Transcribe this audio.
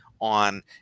on